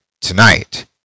tonight